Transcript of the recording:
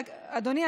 אדוני,